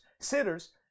sitters